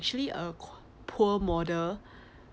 actually a poor model